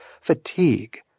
fatigue